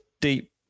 deep